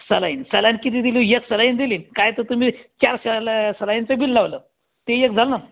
saline saline किती दिली एक सलाइन दिली काय तर तुम्ही चार सला सलाइनचं बिल लावलं ते एक झालं